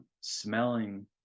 smelling